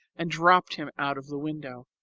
and dropped him out of the window.